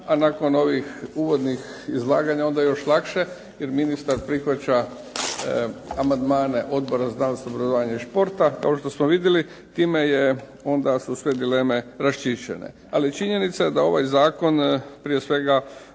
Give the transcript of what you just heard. a nakon ovih uvodnih izlaganja onda još lakše jer ministar prihvaća amandmane Odbora za znanost, obrazovanje i športa. Kao što smo vidjeli, time su onda sve dileme raščišćene. Ali je činjenica da je ovaj zakon prije svega